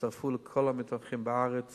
ושיצטרפו לכל המתמחים בארץ